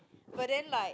but then like